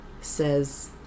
says